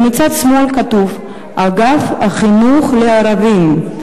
ומצד שמאל כתוב: אגף החינוך לערבים.